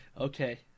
okay